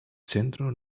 centro